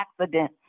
accident